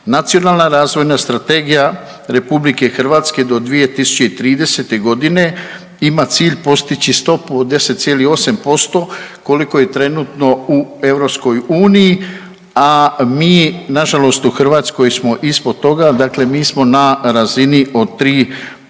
Nacionalna razvojna strategija RH do 2030.g. ima cilj postići stopu od 10,8% koliko je trenutno u EU, a mi nažalost u Hrvatskoj smo ispod toga, mi smo na razini od 3,5%